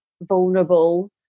vulnerable